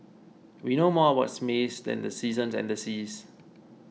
we know more about space than the seasons and the seas